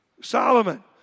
Solomon